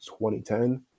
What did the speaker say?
2010